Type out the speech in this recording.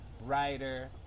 writer